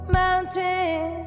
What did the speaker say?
mountain